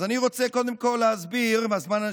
אז אני רוצה קודם כול להסביר בזמן הזה